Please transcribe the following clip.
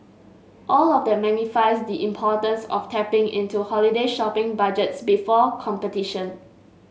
all of that magnifies the importance of tapping into holiday shopping budgets before competition